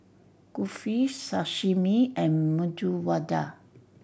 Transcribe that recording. Kulfi Sashimi and Medu Vada